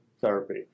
therapy